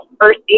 first